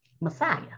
Messiah